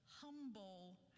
Humble